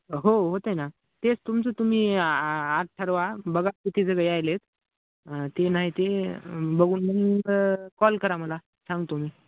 हो होतं आहे ना तेच तुमचं तुम्ही आ आ आत ठरवा बघा किती जणं यायलेत ते नाही ते बघून मग कॉल करा मला सांगतो मी